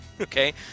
Okay